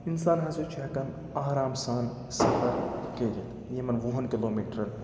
اِنسان ہَسا چھُ ہٮ۪کان آرام سان سَفر کٔرِتھ یِمَن وُہَن کِلوٗ میٖٹرن ہُنٛد